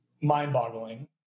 mind-boggling